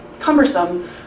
cumbersome